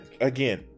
again